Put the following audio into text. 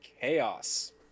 Chaos